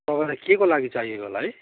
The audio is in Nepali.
तपाईँलाई केको लागि चाहिएको होला है